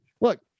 look